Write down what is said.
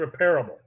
repairable